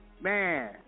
Man